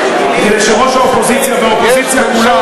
כדי שראש האופוזיציה והאופוזיציה כולה אולי,